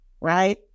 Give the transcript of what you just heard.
right